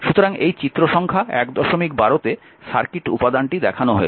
সুতরাং এই চিত্র সংখ্যা 112 তে সার্কিট উপাদানটি দেখানো হয়েছে